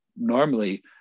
normally